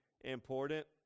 important